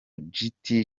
giti